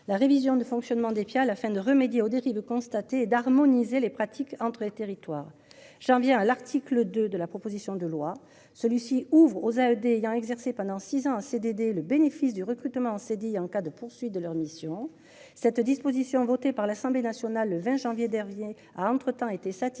La révision de fonctionnement des pieds à la fin de remédier aux dérives constatées d'harmoniser les pratiques entre les territoires. J'en bien à l'article 2 de la proposition de loi, celui-ci ouvre aux à ED ayant exercé pendant 6 ans CDD le bénéfice du recrutement s'est dit en cas de poursuite de leur mission. Cette disposition votée par l'Assemblée nationale le 20 janvier dernier a entre-temps été satisfaites